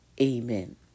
Amen